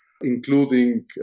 including